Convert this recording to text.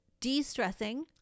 de-stressing